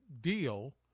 deal